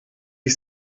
ich